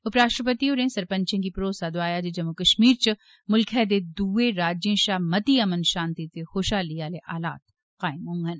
उप राष्ट्रपति होरें सरपंचे गी भरोसा दोआया जे जम्मू कश्मीर च मुल्खै दे दुए राज्यें शा मती अमन शान्ति ते खुशहाली आले हालात कायम होंडन